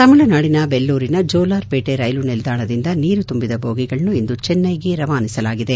ತಮಿಳುನಾಡಿನ ವೆಲ್ಲೂರಿನ ಜೋಲಾರ್ ಪೇಟೆ ರೈಲು ನಿಲ್ವಾಣದಿಂದ ನೀರು ತುಂಬಿದ ಬೋಗಿಗಳನ್ನು ಇಂದು ಚೆನ್ನೈಗೆ ರವಾನಿಸಲಾಗಿದೆ